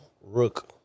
rook